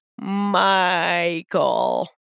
Michael